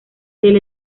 del